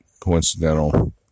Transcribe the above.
coincidental